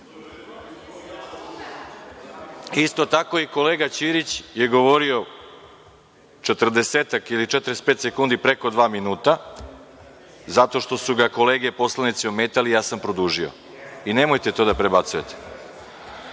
tako i kolega Ćirić je govorio 40 ili 45 sekundi preko dva minuta, jer su ga kolege poslanici ometali i ja sam produžio. Nemojte to da prebacujete. Izvolite,